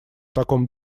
таком